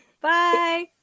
Bye